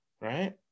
Right